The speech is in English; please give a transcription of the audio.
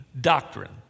doctrine